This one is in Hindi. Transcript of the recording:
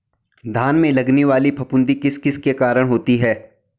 धान में लगने वाली फफूंदी किस किस के कारण होती है?